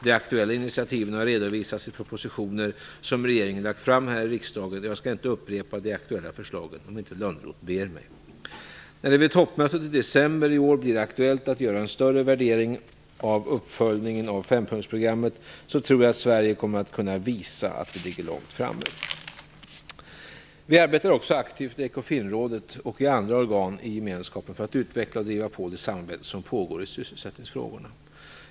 De aktuella initiativen har redovisats i propositioner som regeringen lagt fram här i riksdagen, och jag skall inte upprepa de aktuella förslagen om inte Lönnroth ber mig. När det vid toppmötet i december i år blir aktuellt att göra en större värdering av uppföljningen av fempunktsprogrammet tror jag att Sverige kommer att kunna visa att vi ligger långt framme. Vi arbetar också aktivt i Ecofin-rådet och i andra organ i gemenskapen för att utveckla och driva på det samarbete som pågår i sysselsättningsfrågorna.